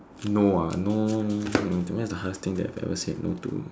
no ah no hmm what is the hardest thing that you have ever said no to